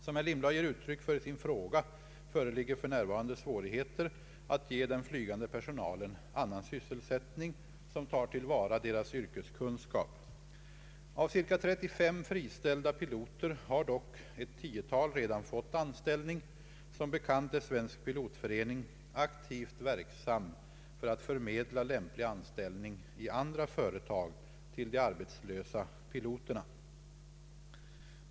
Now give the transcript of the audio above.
Som herr Lindblad ger uttryck för i sin fråga föreligger f.n. svårigheter att ge den flygande personalen annan sysselsättning som tar till vara deras yrkeskunskap. Av ca 35 friställda piloter har dock ett tiotal redan fått anställning. Som bekant är Svensk pilotförening aktivt verksam för att förmedla lämplig anställning i andra företag till de arbetslösa piloterna.